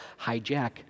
hijack